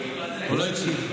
הוא לא הקשיב.